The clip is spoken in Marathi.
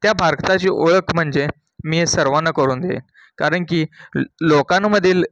त्या भारताची ओळख म्हणजे मी सर्वांना करून देईन कारण की ल लोकांमधील